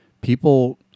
people